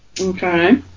okay